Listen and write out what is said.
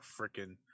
freaking